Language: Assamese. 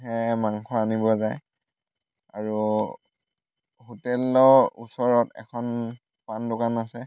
আহে মাংস আনিবলে যায় আৰু হোটেলৰ ওচৰত এখন পান দোকান আছে